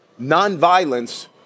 nonviolence